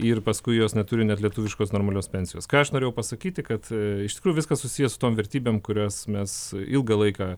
ir paskui jos neturi net lietuviškos normalios pensijos ką aš norėjau pasakyti kad iš tikrųjų viskas susiję su tom vertybėm kurias mes ilgą laiką